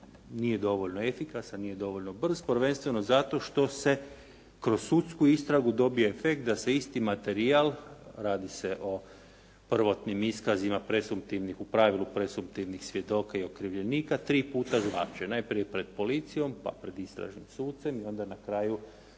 nije dovoljno efikasan, nije dovoljno brz, prvenstveno zato što se kroz sudsku istragu dobije efekt da se isti materijal radi se o prvotnim iskazima, presumptivnih, u pravilu presumptivnih svjedoka i okrivljenika tri put razvlače. Najprije pred policijom, pa pred istražnim sucem i onda na kraju